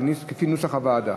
כפי נוסח הוועדה.